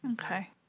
Okay